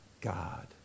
God